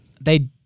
they-